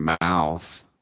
mouth